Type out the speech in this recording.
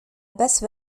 basse